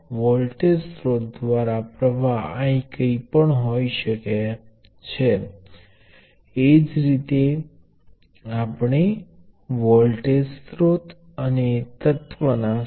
અને અંતે હું આ સાબિત કરવા માંગુ છું પરંતુ તમે તમારા માટે તે તર્ક કાઢી શકો છો જે કેપેસિટીન્સ રાખવા સમાન છે જે અનંત છે